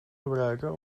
gebruiken